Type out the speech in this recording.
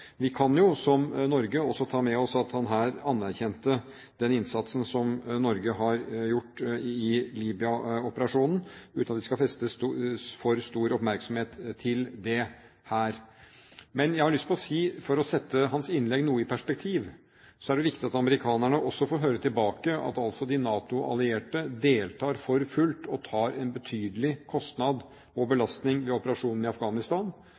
Vi kan jo også ta med oss at han her anerkjente den innsatsen som Norge har gjort i Libya-operasjonen, uten at vi skal vie for stor oppmerksomhet til det her. Men for å sette hans innlegg noe i perspektiv så er det viktig at også amerikanerne får høre tilbake at de NATO-allierte altså deltar for fullt og tar en betydelig kostnad og belastning ved operasjonen i Afghanistan,